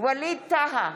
ווליד טאהא,